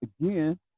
again